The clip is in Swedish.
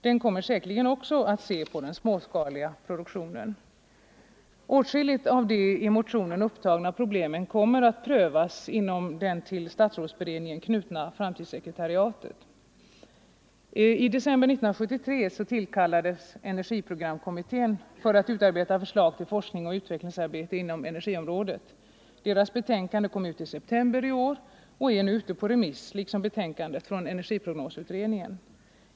Den kommer säkerligen också att se på den småskaliga produktionen. Åtskilliga av de i motionen upptagna problemen kommer att prövas inom det till statsrådsberedningen knutna framtidssekretariatet. I december 1973 tillkallades energiprogramkommittén för att avge förslag till forskningsoch utvecklingsarbete inom energiområdet. Dess be 105 tänkande framlades i september i år och är nu ute på remiss liksom betänkandet från energiprognosutredningen.